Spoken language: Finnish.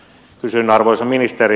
kysyn arvoisa ministeri